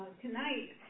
tonight